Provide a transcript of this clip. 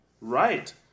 Right